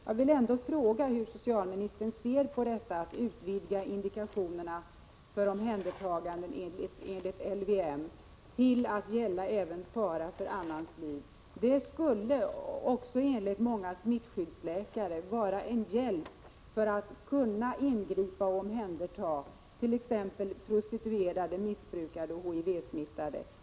Jag vill ändå fråga hur socialministern ser på att utvidga indikationerna för omhändertaganden enligt LVM till att gälla även fara för annans liv. Det skulle — också enligt Prot. 1986/87:110 många smittskyddsläkare — vara en hjälp när det gäller att ingripa och omhänderta t.ex. prostituerade missbrukare och HIV-smittade.